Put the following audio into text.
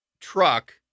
truck